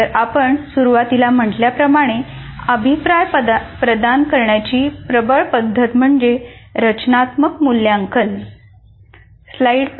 तर आपण सुरुवातीला म्हटल्याप्रमाणे अभिप्राय प्रदान करण्याची प्रबळ पद्धत म्हणजे रचनात्मक मूल्यांकन